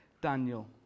Daniel